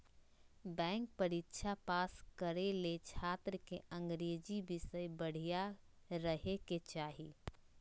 bank परीक्षा pass करे ले छात्र के अंग्रेजी विषय बढ़िया रहे के चाही